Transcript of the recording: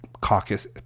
caucus